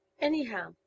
Anyhow